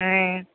ఆయ్